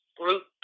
group